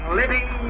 living